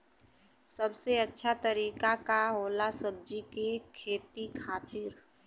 सबसे अच्छा तरीका का होला सब्जी के खेती खातिर?